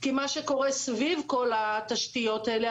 כי מה שקורה סביב כל התשתיות האלה,